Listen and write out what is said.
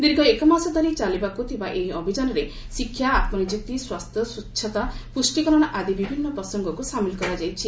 ଦୀର୍ଘ ଏକମାସ ଧରି ଚାଲିବାକୁ ଥିବା ଏହି ଅଭିଯାନନରେ ଶିକ୍ଷା ଆତ୍ମନିଯୁକ୍ତି ସ୍ୱାସ୍ଥ୍ୟ ସ୍ୱଚ୍ଚତା ପୁଷ୍ଟିକରଣ ଆଦି ବିଭିନ୍ନ ପ୍ରସଙ୍ଗକୁ ସାମିଲ୍ କରାଯାଇଛି